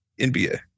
NBA